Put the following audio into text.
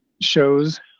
shows